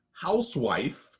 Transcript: housewife